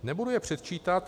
Nebudu je předčítat.